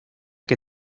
que